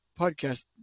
podcast